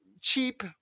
cheap